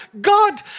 God